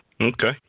Okay